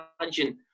imagine